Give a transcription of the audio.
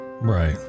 Right